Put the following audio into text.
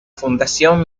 fundación